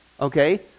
okay